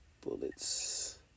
Bullets